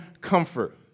comfort